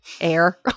air